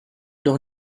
doch